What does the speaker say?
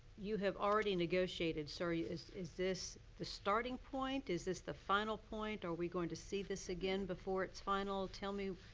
you have already negotiated. so, is is this the starting point? is this the final point? are we going to see this again before it's final? tell me,